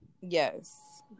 yes